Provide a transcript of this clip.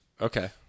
okay